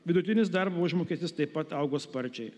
vidutinis darbo užmokestis taip pat augo sparčiai